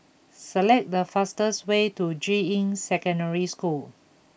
select the fastest way to Juying Secondary School